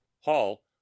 Hall